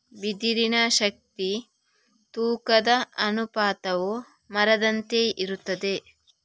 ಬಿದಿರಿನ ಶಕ್ತಿ ತೂಕದ ಅನುಪಾತವು ಮರದಂತೆಯೇ ಇರುತ್ತದೆ